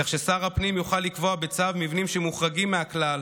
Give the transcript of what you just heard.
כך ששר הפנים יוכל לקבוע בצו מבנים שמוחרגים מהכלל